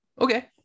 okay